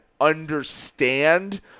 understand